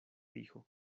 dijo